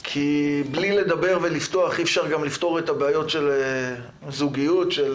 כי בלי לדבר ולפתוח אי אפשר גם לפתור את הבעיות של הזוגיות ושל